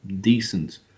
decent